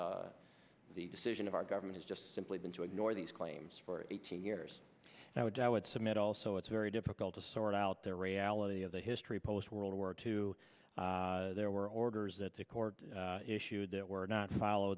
the decision of our government is just simply been to ignore these claims for eighteen years now and i would submit also it's very difficult to sort out their reality of the history post world war two there were orders that the court issued that were not follow